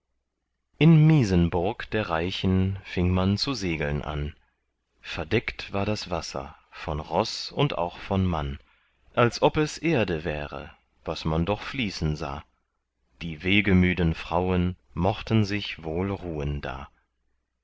in misenburg der reichen fing man zu segeln an verdeckt war das wasser von roß und auch von mann als ob es erde wäre was man doch fließen sah die wegemüden frauen mochten sich wohl ruhen da